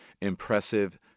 impressive